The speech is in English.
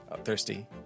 Thirsty